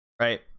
right